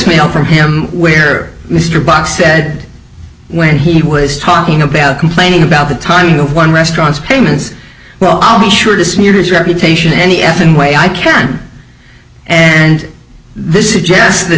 mail from him where mr bott said when he was talking about complaining about the timing of one restaurant payments well i'll be sure to smear his reputation any effin way i can and this is jess that